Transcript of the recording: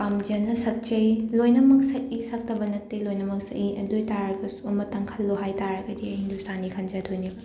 ꯄꯥꯝꯖꯅ ꯁꯛꯆꯩ ꯂꯣꯏꯅꯃꯛ ꯁꯛꯏ ꯁꯛꯇꯕ ꯅꯠꯇꯦ ꯂꯣꯏꯅꯃꯛ ꯁꯛꯏ ꯑꯗꯨ ꯑꯣꯏ ꯇꯥꯔꯒꯁꯨ ꯑꯃꯇꯪ ꯈꯜꯂꯣ ꯍꯥꯏ ꯇꯥꯔꯒꯗꯤ ꯑꯩ ꯍꯤꯟꯗꯨꯁꯇꯥꯅꯤ ꯈꯟꯖꯗꯣꯏꯅꯦꯕ